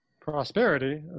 prosperity